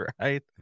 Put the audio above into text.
Right